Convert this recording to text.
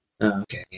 Okay